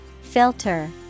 Filter